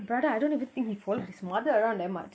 brother I don't even think he follows his mother around that much